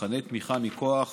מבחני תמיכה מכוח